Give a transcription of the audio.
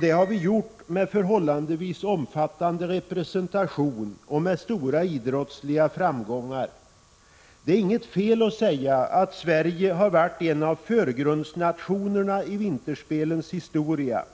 Det har vi gjort med en förhållandevis omfattande representation och med stora idrottsliga framgångar. Det är inget fel i att säga att Sverige har varit en av förgrundsnationerna i vinterspelens historia.